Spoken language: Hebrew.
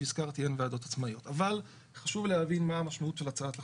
אבל חשוב להבין מה המשמעות של הצעת החוק,